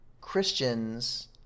Christians